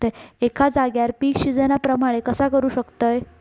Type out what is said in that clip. एका जाग्यार पीक सिजना प्रमाणे कसा करुक शकतय?